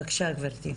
בבקשה גבירתי.